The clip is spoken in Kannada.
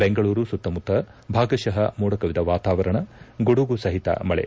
ಬೆಂಗಳೂರು ಸುತ್ತಮುತ್ತ ಭಾಗಶಃ ಮೋಡಕವಿದ ವಾತಾವರಣ ಗುಡುಗು ಸಹಿತ ಮಳೆ